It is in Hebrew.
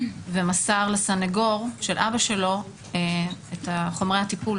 ומסר לסנגור של אבא שלו את חומרי הטיפול